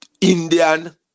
Indian